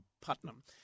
Putnam